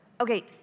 Okay